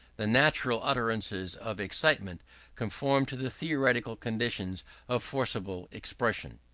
the natural utterances of excitement conform to the theoretical conditions of forcible expression.